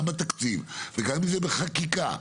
אם זה בתקציב ואם זה בחקיקה.